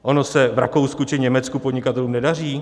Ono se v Rakousku či Německu podnikatelům nedaří?